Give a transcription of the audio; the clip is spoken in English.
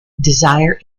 desire